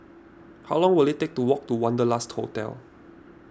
how long will it take to walk to Wanderlust Hotel